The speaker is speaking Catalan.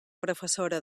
professora